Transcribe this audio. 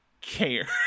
care